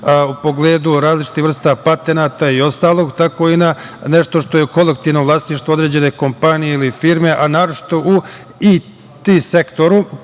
u pogledu različitih vrsta patenata i ostalo, tako i na nešto što je kolektivno vlasništvo određene kompanije ili firme, a naročito u IT sektoru,